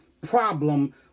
problem